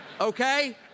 Okay